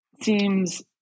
seems